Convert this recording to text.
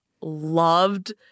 loved